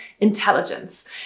intelligence